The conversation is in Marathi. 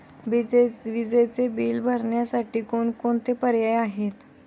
विजेचे बिल भरण्यासाठी कोणकोणते पर्याय आहेत?